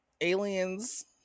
Aliens